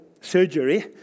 surgery